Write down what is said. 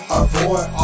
avoid